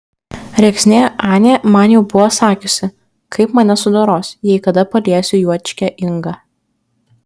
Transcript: rėksnė anė man jau buvo sakiusi kaip mane sudoros jei kada paliesiu juočkę ingą